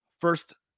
first